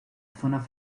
zona